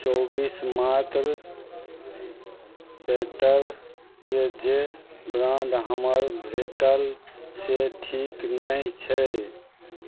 चौबीस मात्र तैतरके जे ब्राण्ड हमरा भेटल से ठीक नहि छै